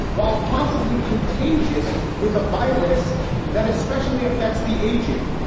while possibly contagious with a virus that especially affects the aged.